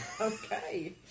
Okay